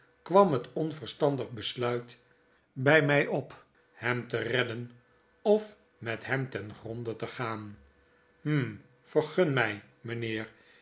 kwam het onverstandig besluit bg mg op hem te redden of met hem ten gronde te gaan hm vergun mg mynheer